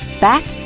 back